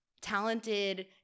talented